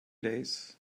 days